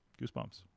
goosebumps